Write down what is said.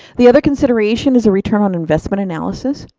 the other consideration is a return on investment analysis.